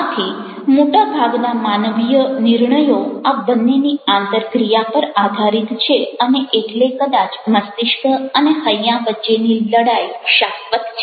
આથી મોટા ભાગના માનવીય નિર્ણયો આ બંનેની આંતરક્રિયા પર આધારિત છે અને એટલે કદાચ મસ્તિષ્ક અને હૈયા વચ્ચેની લડાઈ શાશ્વત છે